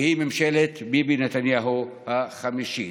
והיא ממשלת ביבי נתניהו החמישית.